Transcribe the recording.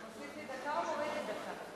אתה מוסיף לי דקה או מוריד לי דקה?